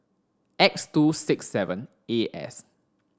X two six seven A S